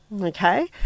okay